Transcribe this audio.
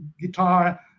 guitar